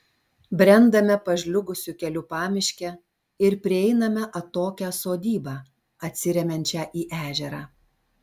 brendame pažliugusiu keliu pamiške ir prieiname atokią sodybą atsiremiančią į ežerą